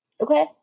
Okay